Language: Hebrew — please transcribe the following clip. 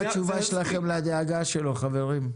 מה התשובה שלכם לדאגה שלו, חברים?